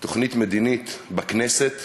תוכנית מדינית בכנסת,